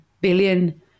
billion